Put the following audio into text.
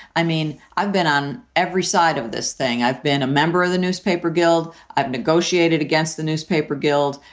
i mean, i've been on every side of this thing. i've been a member of the newspaper guild. i've negotiated against the newspaper guild,